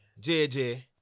JJ